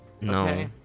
No